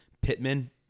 Pittman